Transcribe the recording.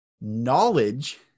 knowledge